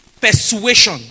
persuasion